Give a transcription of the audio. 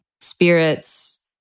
spirits